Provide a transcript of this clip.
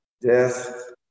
death